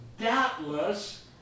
doubtless